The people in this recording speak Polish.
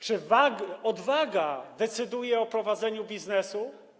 Czy odwaga decyduje o prowadzeniu biznesu?